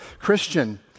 Christian